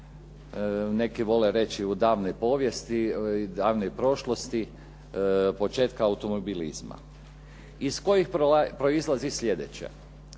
neki vole reći u davnoj povijesti, davnoj prošlosti, početka automobilizma iz kojih proizlazi sljedeće.